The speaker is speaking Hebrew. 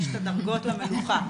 יש הדרגות למלוכה,